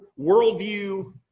worldview